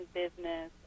business